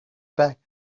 back